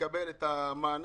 לקבל את המענק.